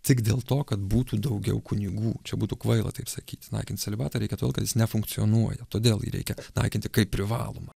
tik dėl to kad būtų daugiau kunigų čia būtų kvaila taip sakyti naikint celibatą reikia todėl kad jis nefunkcionuoja todėl jį reikia naikinti kaip privalomą